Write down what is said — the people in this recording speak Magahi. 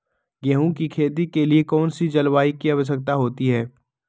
गेंहू की खेती के लिए कौन सी जलवायु की आवश्यकता होती है?